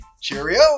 cheerio